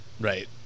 Right